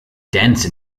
dense